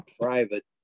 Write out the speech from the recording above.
private